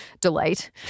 delight